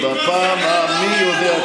מלינובסקי, בפעם המי-יודע-כמה.